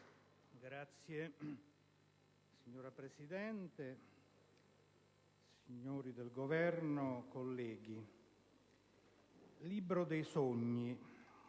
*(IdV)*. Signora Presidente, signori del Governo, colleghi. Libro dei sogni: